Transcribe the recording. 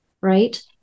right